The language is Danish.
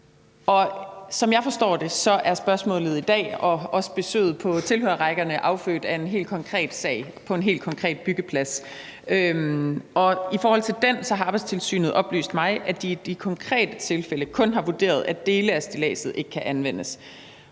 Som jeg forstår det, er spørgsmålet i dag og også besøget på tilhørerrækkerne affødt af en helt konkret sag på en helt konkret byggeplads. I forhold til den har Arbejdstilsynet oplyst mig, at de i det konkrete tilfælde kun har vurderet, at dele af stilladset ikke kan anvendes,